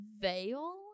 veil